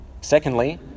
Secondly